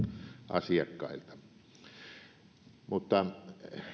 asiakkailta selvää on tietysti että